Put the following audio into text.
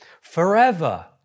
Forever